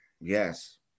Yes